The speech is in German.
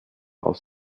aus